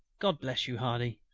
god bless you, hardy!